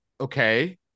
okay